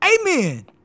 Amen